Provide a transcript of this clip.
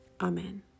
Amen